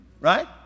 Right